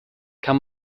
kann